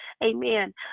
Amen